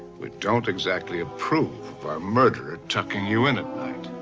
we don't exactly approve of our murderer tucking you in at night.